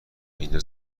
اینجا